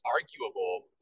arguable